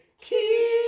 keep